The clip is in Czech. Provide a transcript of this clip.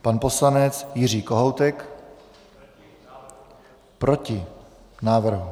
Pan poslanec Jiří Kohoutek: Proti návrhu.